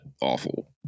awful